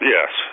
Yes